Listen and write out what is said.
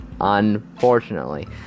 unfortunately